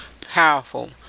powerful